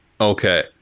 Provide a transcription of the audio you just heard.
Okay